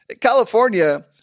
California